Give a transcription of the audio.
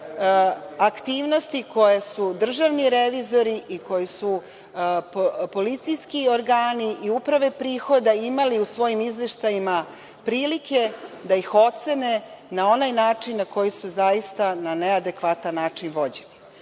aktivnosti koje su državni revizori i koje su policijski organi i uprave prihoda imali u svojim izveštajima prilike da ocene na onaj način na koji su zaista, na neadekvatan način vođeni. Zbog